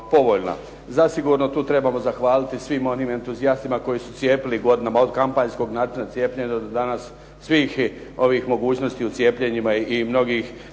Zasigurno tu trebamo zahvaliti svim onim entuzijastima koji su cijepili godina, od kampanjskog načina cijepljenja do danas svih ovih mogućnosti u cijepljenima i mnogih cijepljenja